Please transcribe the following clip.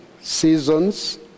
seasons